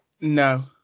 No